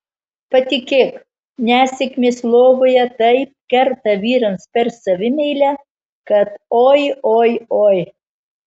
patikėk nesėkmės lovoje taip kerta vyrams per savimeilę kad oi oi oi